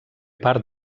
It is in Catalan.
part